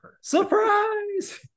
surprise